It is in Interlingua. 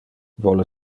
vole